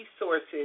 resources